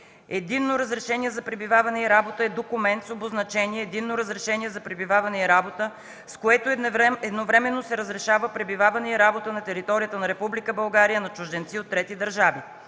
„Единно разрешение за пребиваване и работа” е документ с обозначение „единно разрешение за пребиваване и работа”, с което едновременно се разрешава пребиваване и работа на територията на Република България на чужденци от трети държави.